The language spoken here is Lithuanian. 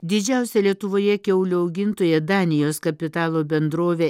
didžiausia lietuvoje kiaulių augintoja danijos kapitalo bendrovė